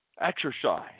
Exercise